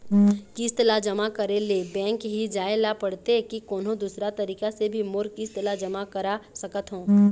किस्त ला जमा करे ले बैंक ही जाए ला पड़ते कि कोन्हो दूसरा तरीका से भी मोर किस्त ला जमा करा सकत हो?